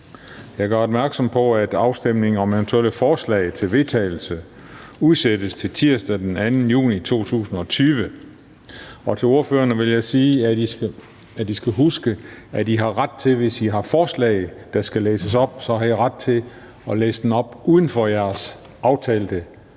Jeg gør opmærksom på, at afstemning om eventuelle forslag til vedtagelse udsættes til tirsdag den 2. juni 2020. Til ordførerne vil jeg sige, at I skal huske, at I har ret til, hvis I har forslag, der skal læses op, at læse det op uden for jeres aftalte